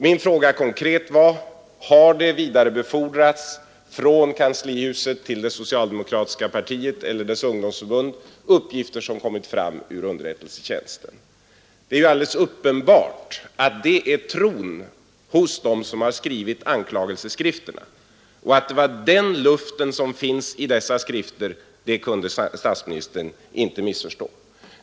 Min fråga var konkret: Har det från kanslihuset till det socialdemokratiska partiet eller dess ungdomsförbund vidarebefordrats uppgifter som kommit fram ur underrättelsetjänsten? Det är ju alldeles uppenbart att detta är tron hos dem som har författat anklagelseskrifterna. Andan i dessa skrifter kunde inte missförstås av statsministern.